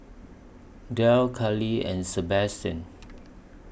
Derl Callie and Sabastian